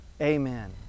amen